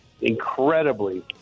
incredibly